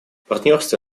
партнерство